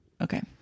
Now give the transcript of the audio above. Okay